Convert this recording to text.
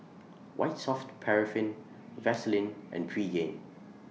White Soft Paraffin Vaselin and Pregain